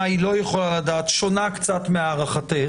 מה היא לא יכולה לדעת שונה קצת מהערכתך.